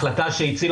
אבל רק צריך לציין